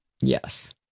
Yes